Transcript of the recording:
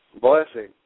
blessing